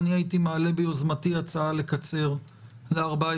אני הייתי מעלה ביוזמתי הצעה לקצר ל-14